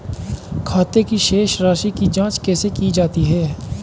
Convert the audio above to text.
खाते की शेष राशी की जांच कैसे की जाती है?